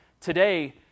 today